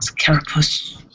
carapace